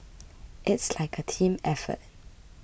it's like a team effort